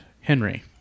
Henry